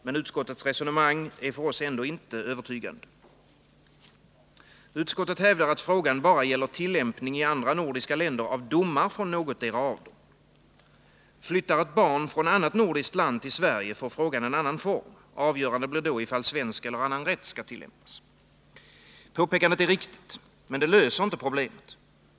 Men utskottets resonemang är för oss ändå inte övertygande. Utskottet hävdar att frågan bara gäller tillämpning i andra nordiska länder av domar från någotdera av dessa länder. Flyttar ett barn från annat nordiskt land till Sverige, får frågan en annan form — avgörande blir då ifall svensk eller annan rätt skall tillämpas. Påpekandet är riktigt. Men det löser inte problemet.